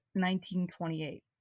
1928